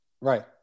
Right